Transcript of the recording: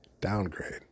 Downgrade